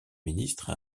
ministre